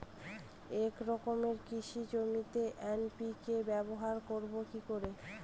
এক একর কৃষি জমিতে এন.পি.কে ব্যবহার করব কি করে?